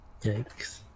yikes